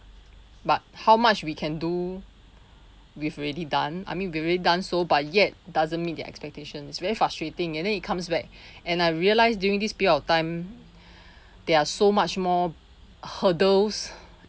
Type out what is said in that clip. but how much we can do we've already done I mean we already done so but yet doesn't meet their expectation it's very frustrating and then it comes back and I realised during this period of time there are so much more hurdles